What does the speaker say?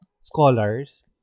scholars